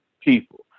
people